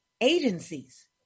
agencies